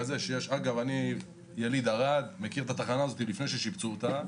אני יליד ערד, מכיר את התחנה לפני ששיפצו אותה.